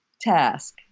task